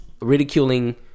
ridiculing